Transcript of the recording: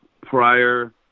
prior